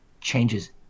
changes